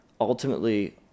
ultimately